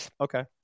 Okay